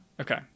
Okay